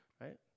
right